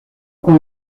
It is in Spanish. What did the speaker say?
con